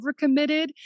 overcommitted